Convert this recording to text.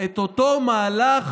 את אותו מהלך